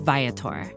Viator